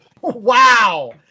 Wow